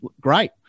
great